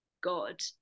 God